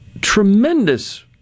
tremendous